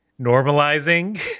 Normalizing